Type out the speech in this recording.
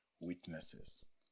witnesses